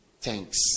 thanks